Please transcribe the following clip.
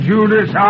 Judas